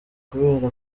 kubera